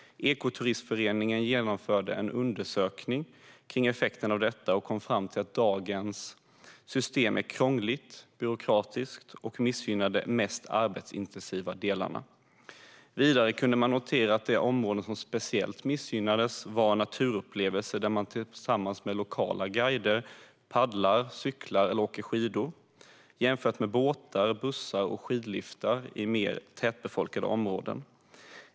Ekoturismföreningen genomförde en undersökning av effekterna av detta och kom fram till att dagens system är krångligt och byråkratiskt och missgynnar de mest arbetsintensiva delarna. Vidare kunde man notera att de områden som speciellt missgynnades var naturupplevelser där man tillsammans med lokala guider paddlar, cyklar eller åker skidor jämfört med båtar, bussar och skidliftar i mer tätbefolkade områden.